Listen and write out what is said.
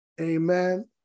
Amen